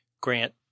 grant